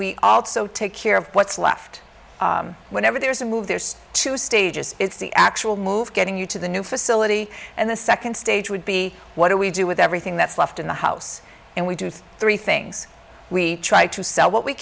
we also take care of what's left whenever there's a move there's two stages it's the actual move getting you to the new facility and the second stage would be what do we do with everything that's left in the house and we do three things we try to sell what we